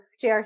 Jr